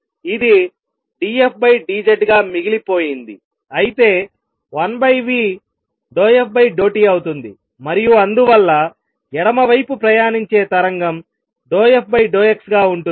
ఇది d f d z గా మిగిలిపోయింది అయితే1v∂f∂t అవుతుంది మరియు అందువల్ల ఎడమ వైపు ప్రయాణించే తరంగం ∂fx గా ఉంటుంది